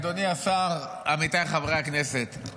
אדוני השר, עמיתיי חברי הכנסת.